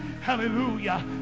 Hallelujah